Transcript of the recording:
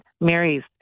Mary's